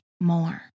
more